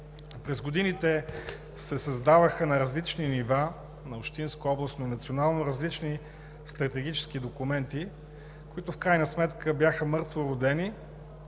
През годините се създаваха на различни нива – общинско, областно и национално, различни стратегически документи, които в крайна сметка бяха мъртвородени,